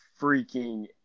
freaking